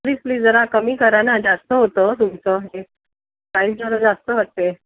please please जरा कमी करा ना जास्त होतं हो तुमचं हे प्राईज जरा जास्त वाटते